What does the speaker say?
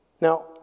Now